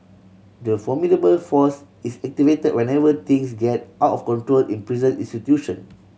the formidable force is activate whenever things get out of control in prison institution